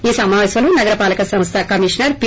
ఈ సమాపేశంలో నగర పాలక సంస్థ కమీషనర్ పి